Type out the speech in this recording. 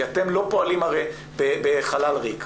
כי אתם לא פועלים הרי בחלל ריק.